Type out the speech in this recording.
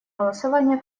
голосования